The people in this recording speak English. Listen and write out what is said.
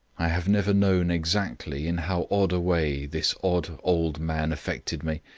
i have never known exactly in how odd a way this odd old man affected me.